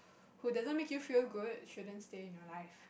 who doesn't make you feel good shouldn't stay in your life